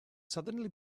suddenly